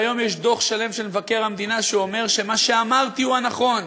והיום יש דוח שלם של מבקר המדינה שאומר שמה שאמרתי הוא הנכון: